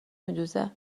میدوزه